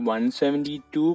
172